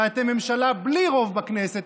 ואתם ממשלה בלי רוב בכנסת,